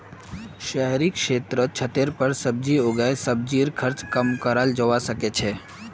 शहरेर क्षेत्रत छतेर पर सब्जी उगई सब्जीर खर्च कम कराल जबा सके छै